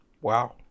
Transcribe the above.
wow